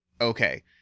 Okay